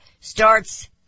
starts